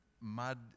mud